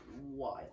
wild